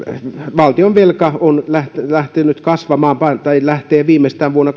valtionvelka lähtenyt lähtenyt kasvamaan tai lähtee viimeistään vuonna